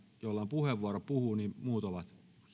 jolla on puheenvuoro puhuu niin muut ovat